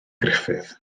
gruffydd